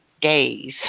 days